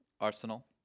Arsenal